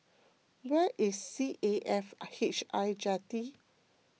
where is C A F I H I Jetty